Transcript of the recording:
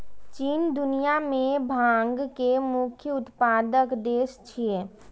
चीन दुनिया मे भांग के मुख्य उत्पादक देश छियै